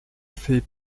fait